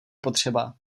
potřeba